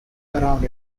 around